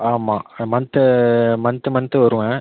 ஆமாம் month month month வருவேன்